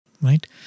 right